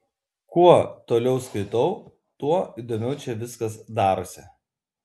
kuo toliau skaitau tuo įdomiau čia viskas darosi